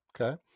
Okay